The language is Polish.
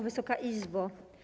Wysoka Izbo!